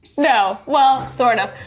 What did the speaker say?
no. well sort of,